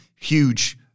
huge